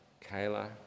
Kayla